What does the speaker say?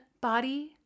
body